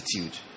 attitude